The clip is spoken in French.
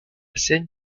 scène